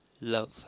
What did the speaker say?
love